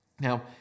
Now